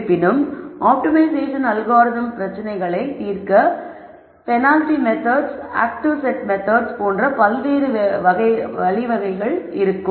இருப்பினும் ஆப்டிமைசேஷன் அல்காரிதம்கள் பிரச்சனைகளை தீர்க்க penalty methods active set methods போன்ற பல்வேறு வழிகளைக் கொண்டிருக்கும்